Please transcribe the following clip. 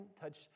touch